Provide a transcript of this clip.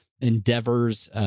endeavors